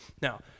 Now